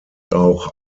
auch